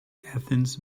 athens